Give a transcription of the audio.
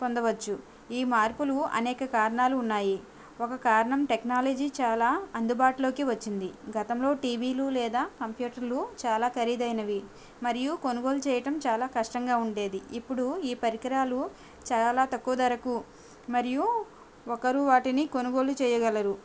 పొందవచ్చు ఈ మార్పులు అనేక కారణాలు ఉన్నాయి ఒక కారణం టెక్నాలజీ చాలా అందుబాటులోకి వచ్చింది గతంలో టీవీలు లేదా కంప్యూటర్లు చాలా ఖరీదైనవి మరియు కొనుగోలు చేయటం చాలా కష్టంగా ఉండేది ఇప్పుడు ఈ పరికరాలు చాలా తక్కువ ధరకు మరియు ఒకరు వాటిని కొనుగోలు చేయగలరు